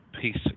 peace